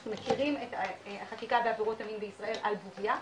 אנחנו מכירים את החקיקה בעבירות המין בישראל על בוריה,